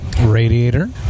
Radiator